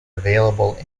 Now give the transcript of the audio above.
available